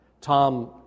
Tom